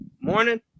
Morning